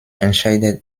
entscheidet